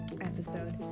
episode